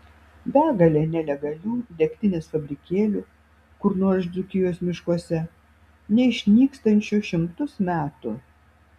begalė nelegalių degtinės fabrikėlių kur nors dzūkijos miškuose neišnykstančių šimtus metų